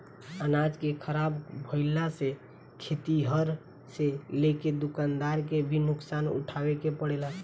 अनाज के ख़राब भईला से खेतिहर से लेके दूकानदार के भी नुकसान उठावे के पड़ेला